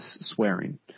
swearing